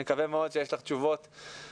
אני מקווה מאוד שיש לך תשובות מספקות.